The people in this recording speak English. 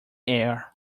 air